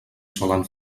solen